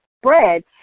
spread